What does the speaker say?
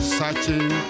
searching